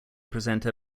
presenter